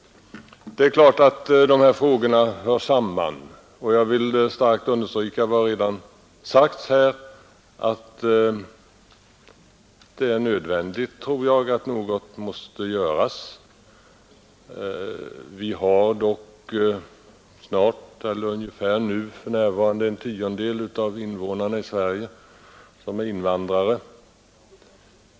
Det är klart att dessa frågor hör samman, och jag vill starkt understryka vad som redan sagts här, nämligen att det är nödvändigt att något görs. Snart är en tiondel av invånarna i Sverige invandrare.